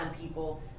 people